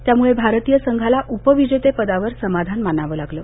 त्यामुळे भारतीय संघाला उपविजेतेपदावर समाधान मानावं लागलं